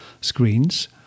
screens